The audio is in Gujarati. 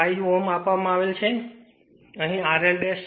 5 Ω આપવામાં આવ્યા છે જ્યાં અહીં RL 7